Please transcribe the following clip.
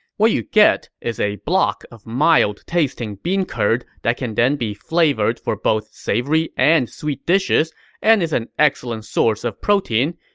what you get is a block of mild-tasting bean curd that can then be flavored for both savory and sweet dishes and is an excellent source of protein,